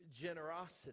generosity